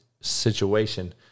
situation